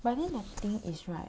but the thing is right